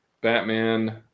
Batman